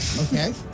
Okay